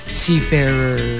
seafarer